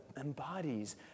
embodies